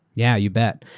yeah you bet.